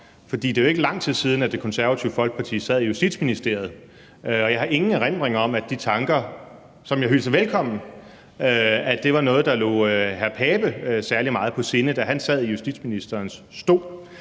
er jo ikke lang tid siden, at Det Konservative Folkeparti sad i Justitsministeriet, og jeg har ingen erindring om, at de tanker, som jeg hilser velkommen, var noget, der lå hr. Søren Pape Poulsen særlig meget på sinde, da han sad i justitsministerens stol.